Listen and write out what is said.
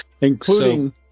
Including